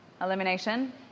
elimination